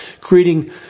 creating